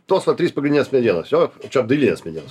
tos va trys pagrindinės medienos jo čia apdailinės medienos